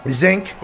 zinc